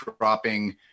dropping